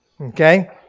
Okay